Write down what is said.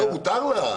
מותר לה.